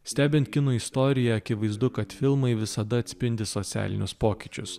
stebint kino istoriją akivaizdu kad filmai visada atspindi socialinius pokyčius